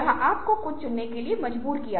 इसलिए आप रणनीति देखें और उसे लागू करें